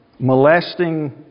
molesting